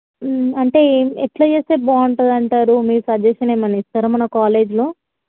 అంటే ఎట్లా చేస్తే బాగుంటుంది అంటారు మీ సజెషన్ ఏమైనా ఇస్తారా మన కాలేజ్లో